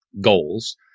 goals